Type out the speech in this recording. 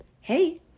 hey